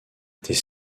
était